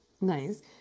Nice